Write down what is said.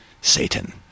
Satan